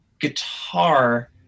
guitar